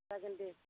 जागोन दे